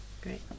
Great